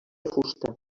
fusta